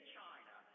China